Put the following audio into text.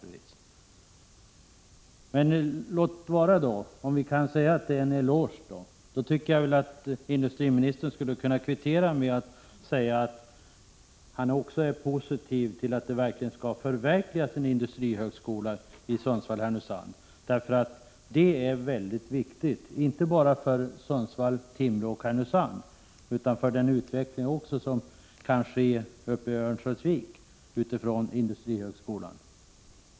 Låt gå för att det var en eloge, men då tycker jag att industriministern skulle kunna kvittera med att förklara sig positiv till att en industrihögskola verkligen skall komma till stånd i Sundsvall/Härnösand. Att så blir fallet är väldigt viktigt inte bara för Sundsvall, Timrå och Härnösand utan också för den utveckling som utifrån industrihögskolan kan komma även i Örnsköldsvik.